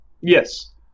Yes